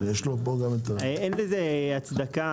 אין לזה הצדקה.